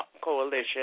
Coalition